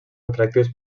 atractius